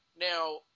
Now